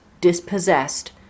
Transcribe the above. dispossessed